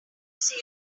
say